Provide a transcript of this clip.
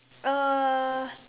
uh